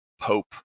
Pope